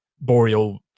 Boreal